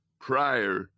prior